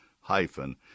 hyphen